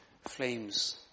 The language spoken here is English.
flames